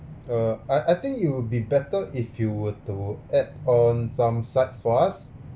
uh I I think it will be better if you were to add on some sides for us